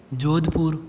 Jodhpur